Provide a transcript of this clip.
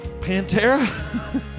Pantera